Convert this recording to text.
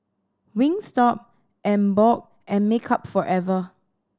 Wingstop Emborg and Makeup Forever